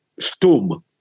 stum